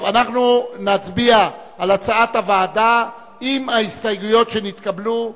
אנחנו נצביע על הצעת הוועדה עם ההסתייגויות שנתקבלו.